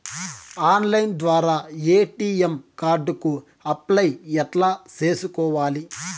Online ద్వారా ATM card కు apply ఎట్లా సేసుకోవాలి?